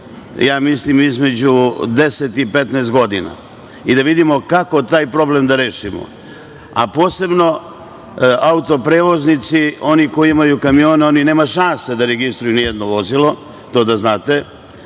mislim, između 10 i 15 godina, pa da vidimo kako taj problem da rešimo, a posebno autoprevoznici. Oni koji imaju kamione, oni nemaju šanse da registruju nijedno vozilo. To da znate. Znači,